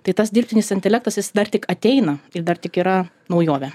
tai tas dirbtinis intelektas jis dar tik ateina ir dar tik yra naujovė